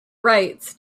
rights